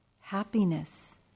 happiness